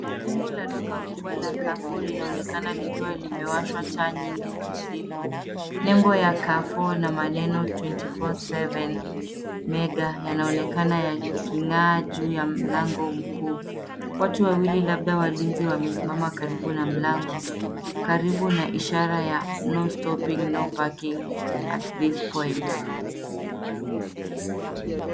Jengo la duka kubwa la carrefour linaonekana likiwa limewashwa taa nyingi usiku, nempo ya carrefour na maneno 27/7 mega yanaonekana yakingaa juu ya mlango mkuu, watu wawili labda walinzi wakmesimama karibu na mlango karibu na ishara ya no stopping no parking at this point .